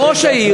לראש העיר,